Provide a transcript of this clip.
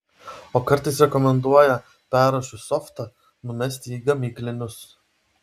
o kartais rekomenduoja perrašius softą numest į gamyklinius